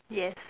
yes